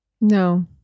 no